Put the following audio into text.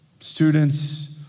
Students